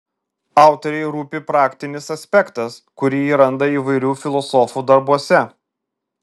autorei rūpi praktinis aspektas kurį ji randa įvairių filosofų darbuose